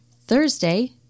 Thursday